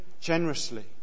generously